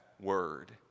word